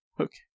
okay